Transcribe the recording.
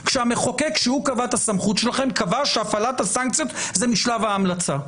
כשהמחוקק שהוא קבע את הסמכות שלכם קבע שהפעלת הסנקציות זה משלב ההמלצה?